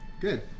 Good